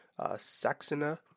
Saxena